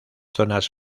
zonas